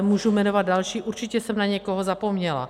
Můžu jmenovat další, určitě jsem na někoho zapomněla.